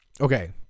okay